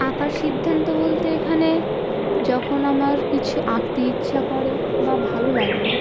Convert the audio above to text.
আঁকার সিদ্ধান্ত বলতে এখানে যখন আমার কিছু আঁকতে ইচ্ছা করে বা ভালো লাগলো